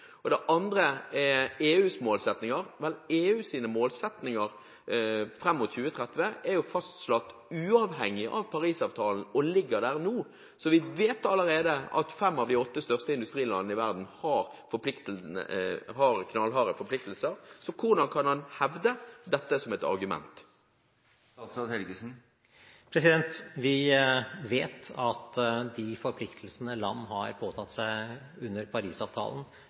Act. Det andre er EUs målsettinger. Men EUs målsettinger fram mot 2030 er jo fastslått uavhengig av Paris-avtalen og ligger der nå, så vi vet allerede at fem av de åtte største industrilandene i verden har knallharde forpliktelser. Hvordan kan han da hevde dette som et argument? Vi vet at de forpliktelsene land har påtatt seg under